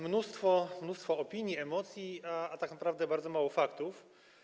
Mnóstwo opinii, emocji, a tak naprawdę bardzo mało faktów.